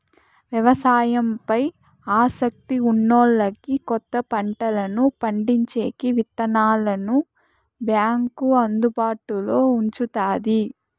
వ్యవసాయం పై ఆసక్తి ఉన్నోల్లకి కొత్త పంటలను పండించేకి విత్తనాలను బ్యాంకు అందుబాటులో ఉంచుతాది